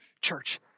church